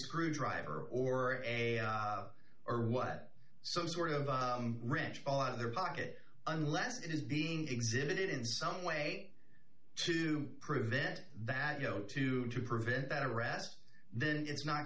screwdriver or a or what some sort of wrench all out of their pocket unless it is being exhibited in some way to prevent that you know to to prevent that arrest then it's not